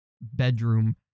bedroom